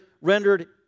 rendered